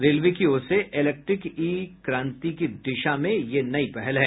railway की ओर से इलेक्ट्रिक ई क्रांति की दिशा में ये नई पहल है